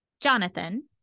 Jonathan